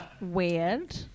Weird